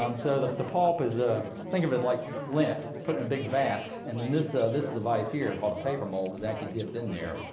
um so the the pulp is, ah think of it like lint. it's put in a big vat, and then this this device here called a paper mold is actually dipped in there.